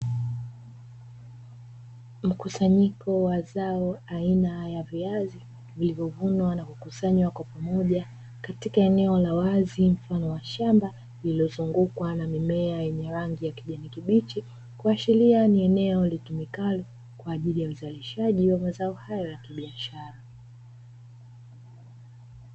Mkusanyiko wa zao aina ya viazi vilivyovunwa na kukusanywa pamoja katika eneo la wazi mfano wa shamba lililozungukwa na mimea yenye rangi ya kijani kibichi kuashilia ni eneo litumikalo kwa ajili ya uzalishaji wa mazao hayo ya biashara.